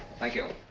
thank you.